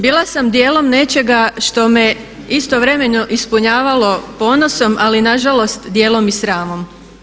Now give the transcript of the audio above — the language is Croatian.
Bila sam dijelom nečega što me istovremeno ispunjavalo ponosom, ali nažalost dijelom i sramom.